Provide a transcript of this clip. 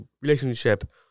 relationship